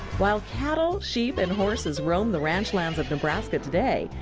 while cattle, sheep and horses roam the ranch lands of nebraska today,